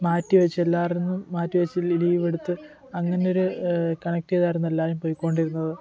മാറ്റി വെച്ചില്ലായിരുന്നു മാറ്റി വെച്ച് ലീവ് എടുത്ത് അങ്ങനൊരു കണക്റ്റ് ചെയ്തായിരുന്നു എല്ലാവരും പൊയിക്കൊണ്ടിരുന്നത്